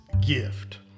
gift